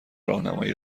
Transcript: راهنمایی